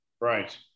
right